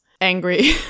angry